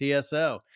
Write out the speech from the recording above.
TSO